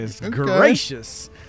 gracious